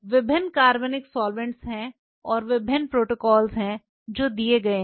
विभिन्न कार्बनिक सॉल्वैंट्स हैं और विभिन्न प्रोटोकॉल हैं जो दिए गए हैं